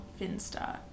Finsta